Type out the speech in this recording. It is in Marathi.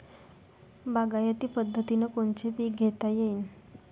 बागायती पद्धतीनं कोनचे पीक घेता येईन?